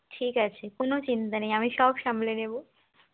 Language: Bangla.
ঠিক আছে কোনো চিন্তা নেই আমি সব সামলে নেবো